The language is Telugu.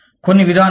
కొన్ని విధానాలు